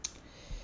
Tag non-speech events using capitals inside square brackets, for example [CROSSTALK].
[NOISE] [BREATH]